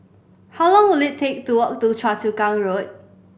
how long will it take to walk to Choa Chu Kang Road